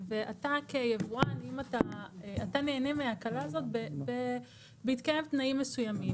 חייבות לעמוד בסטנדרט המחמיר של האיחוד האירופי.